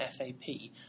FAP